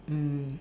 mm